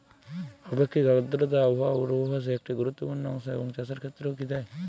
আপেক্ষিক আর্দ্রতা আবহাওয়া পূর্বভাসে একটি গুরুত্বপূর্ণ অংশ এবং চাষের ক্ষেত্রেও কি তাই?